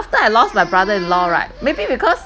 after I lost my brother in law right maybe because